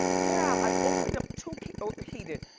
yeah, i opened up two, or he did,